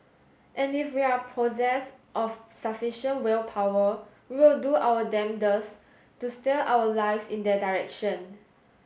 and if we are possessed of sufficient willpower we will do our damnedest to steer our lives in their direction